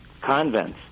convents